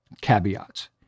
caveats